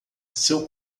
seu